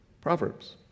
Proverbs